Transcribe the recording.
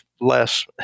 less